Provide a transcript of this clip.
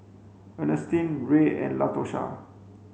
Ernestine Ray and Latosha